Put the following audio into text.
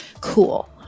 Cool